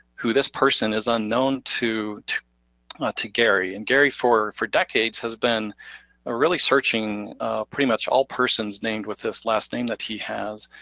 who this person is unknown to to gary. and gary for for decades has been ah really searching pretty much all persons named with this last name that he has,